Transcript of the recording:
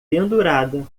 pendurada